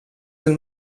een